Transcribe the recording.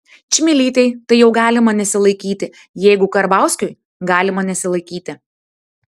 čmilytei tai jau galima nesilaikyti jeigu karbauskiui galima nesilaikyti